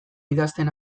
idazten